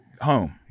home